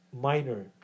minor